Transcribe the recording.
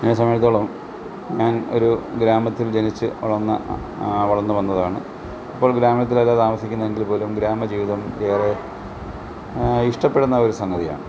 എന്നെ സംബന്ധിച്ചിടത്തോളം ഞാൻ ഒരു ഗ്രാമത്തിൽ ജനിച്ചു വളർന്ന വളർന്നു വന്നതാണ് ഇപ്പോൾ ഗ്രാമത്തിലല്ല താമസിക്കുന്നതെങ്കിൽ പോലും ഗ്രാമ ജീവിതം ഏറെ ഇഷ്ടപ്പെടുന്ന ഒരു സംഗ തിയാണ്